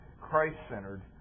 Christ-centered